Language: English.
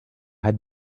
had